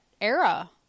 era